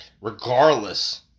Regardless